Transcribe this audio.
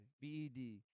B-E-D